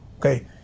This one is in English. okay